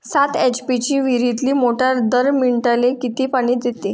सात एच.पी ची विहिरीतली मोटार दर मिनटाले किती पानी देते?